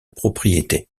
propriété